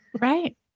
right